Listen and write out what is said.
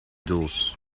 doos